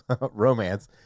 romance